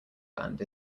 band